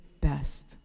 best